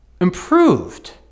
improved